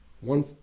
one